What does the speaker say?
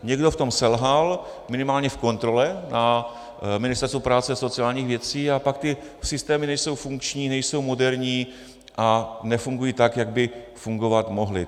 Někdo v tom selhal, minimálně v kontrole, na Ministerstvu práce a sociálních věcí, a pak ty systémy nejsou funkční, nejsou moderní a nefungují tak, jak by fungovat mohly.